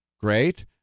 Great